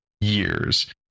years